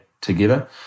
together